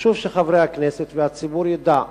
וחשוב שחברי הכנסת והציבור ידעו.